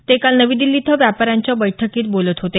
ते काल नवी दिल्ली इथं व्यापाऱ्यांच्या बैठकीत बोलत होते